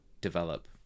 develop